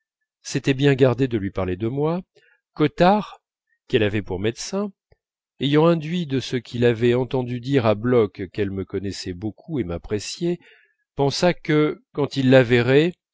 s'était bien gardé de lui parler de moi cottard qu'elle avait pour médecin ayant induit de ce qu'il avait entendu dire à bloch qu'elle me connaissait beaucoup et m'appréciait pensa que quand il la verrait